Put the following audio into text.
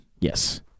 Yes